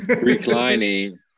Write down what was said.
reclining